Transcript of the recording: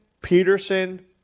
Peterson